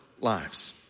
lives